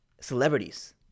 Celebrities